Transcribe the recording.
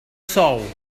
sou